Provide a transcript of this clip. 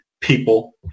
people